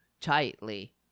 tightly